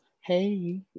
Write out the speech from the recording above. Hey